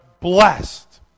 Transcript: blessed